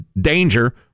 danger